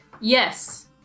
Yes